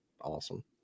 awesome